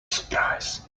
surprise